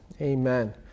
Amen